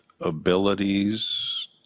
abilities